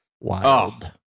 wild